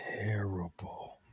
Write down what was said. terrible